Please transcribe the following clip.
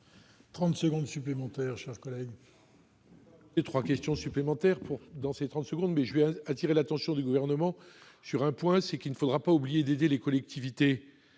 30 secondes supplémentaires chers collègues.